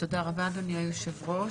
תודה רבה, אדוני היושב-ראש.